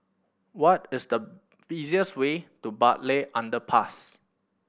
what is the easiest way to Bartley Underpass